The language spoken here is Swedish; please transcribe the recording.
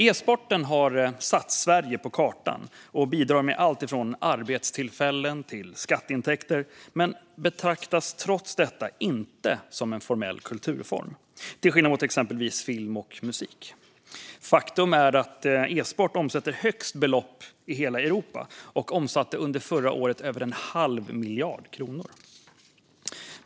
E-sporten har satt Sverige på kartan och bidrar med allt från arbetstillfällen till skatteintäkter men betraktas trots detta inte som en formell kulturform, till skillnad från exempelvis film och musik. Faktum är att svensk e-sport omsätter högst belopp i hela Europa och under förra året omsatte över en halv miljard kronor.